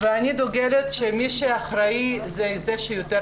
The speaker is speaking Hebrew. אני דוגלת בזה שמי שאחראי הוא זה שיותר